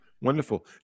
Wonderful